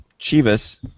Chivas